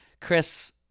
Chris